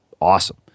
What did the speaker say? awesome